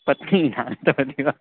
पत्रं किं कथं तदपि वा